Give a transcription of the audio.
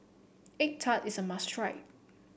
egg tart is a must try